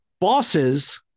Bosses